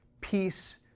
peace